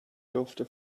durfte